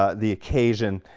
ah the occasion,